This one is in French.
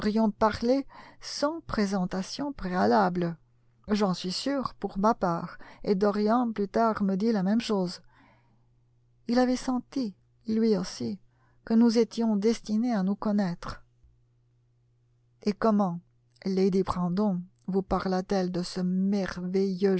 parlé sans présentation préalable j'en suis sûr pour ma part et dorian plus tard me dit la même chose il avait senti lui aussi que nous étions destinés à nous connaître et comment lady brandon vous parla t elle de ce merveilleux